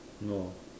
no